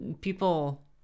people